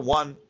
one